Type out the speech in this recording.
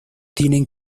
tienen